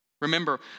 Remember